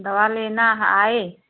दवा लेना है आएँ